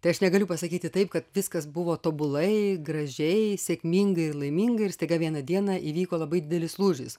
tai aš negaliu pasakyti taip kad viskas buvo tobulai gražiai sėkmingai ir laimingai ir staiga vieną dieną įvyko labai didelis lūžis